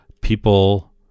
people